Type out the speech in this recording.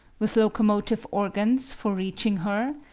with locomotive organs for reaching her,